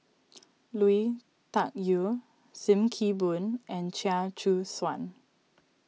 Lui Tuck Yew Sim Kee Boon and Chia Choo Suan